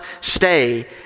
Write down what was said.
stay